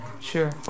Sure